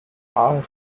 are